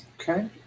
Okay